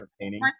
painting